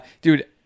dude